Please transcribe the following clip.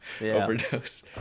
overdose